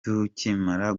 tukimara